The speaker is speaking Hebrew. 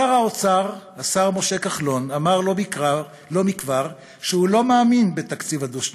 שר האוצר משה כחלון אמר לא מכבר שהוא לא מאמין בתקציב הדו-שנתי,